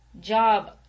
job